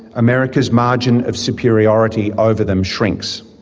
america's margin of superiority over them shrinks.